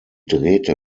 drehte